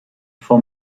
vom